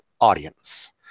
audience